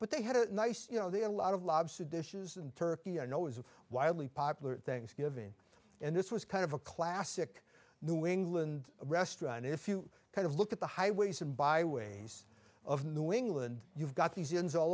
but they had a nice you know they had a lot of lobster dishes and turkey i know is a wildly popular things given and this was kind of a classic new england restaurant if you kind of look at the highways and byways of new england you've got these